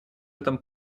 этом